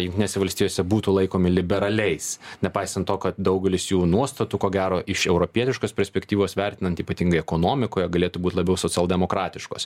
jungtinėse valstijose būtų laikomi liberaliais nepaisant to kad daugelis jų nuostatų ko gero iš europietiškos perspektyvos vertinant ypatingai ekonomikoje galėtų būt labiau socialdemokratiškos